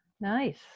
nice